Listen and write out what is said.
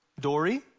Dory